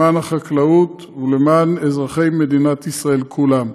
למען החקלאות ולמען אזרחי מדינת ישראל כולם.